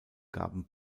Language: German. gaben